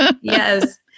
Yes